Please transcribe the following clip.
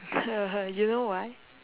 you know why